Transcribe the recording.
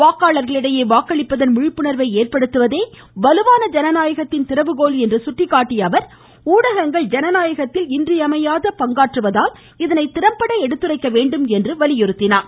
வாக்காளர்களிடையே வாக்களிப்பதன் விழிப்புணர்வை ஏற்படுத்துவதே வலுவான ஜனநாயகத்தின் திறவுகோல் என்று சுட்டிக்காட்டிய அவர் ஊடகங்கள் ஜனநாயகத்தில் இன்றியமையாத பங்காற்றுவதால் இதனை திறம்பட எடுத்துரைக்க வேண்டும் என்று கேட்டுக்கொண்டார்